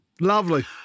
Lovely